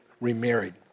remarried